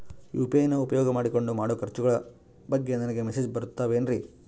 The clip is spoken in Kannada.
ಯು.ಪಿ.ಐ ನ ಉಪಯೋಗ ಮಾಡಿಕೊಂಡು ಮಾಡೋ ಖರ್ಚುಗಳ ಬಗ್ಗೆ ನನಗೆ ಮೆಸೇಜ್ ಬರುತ್ತಾವೇನ್ರಿ?